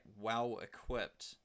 well-equipped